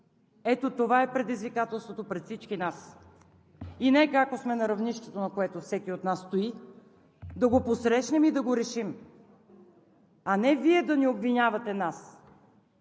Ето това е предизвикателството пред всички нас и нека както сме на равнището, на което всеки от нас стои, да го посрещнем и да го решим, а не Вие да ни обвинявате,